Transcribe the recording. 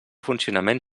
funcionament